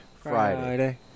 friday